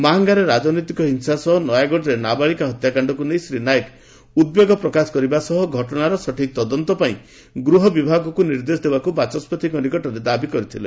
ମାହାଙ୍ଙାରେ ରାକନେତିକ ହିଂସା ସହ ନୟାଗଡ଼ରେ ନାବାଳିକା ହତ୍ୟାକାଣ୍ଡକୁ ନେଇ ଶ୍ରୀ ନାୟକ ଉଦ୍ବେଗ ପ୍ରକାଶ କରିବା ସହ ଘଟଣାର ସଠିକ୍ ତଦନ୍ତ ପାଇଁ ଗୃହ ବିଭାଗକୁ ନିର୍ଦ୍ଦେଶ ଦେବାକୁ ବାଚସ୍ତିଙ୍କ ନିକଟରେ ଦାବି କରିଥିଲେ